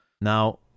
Now